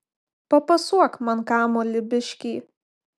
papasuok man kamuolį biškį